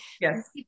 yes